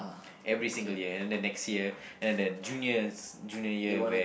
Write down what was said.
every single year and then the next year and then the juniors junior year where